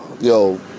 Yo